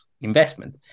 investment